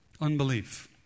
Unbelief